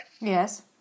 Yes